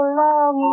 long